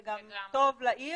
זה גם טוב לעיר,